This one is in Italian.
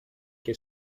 che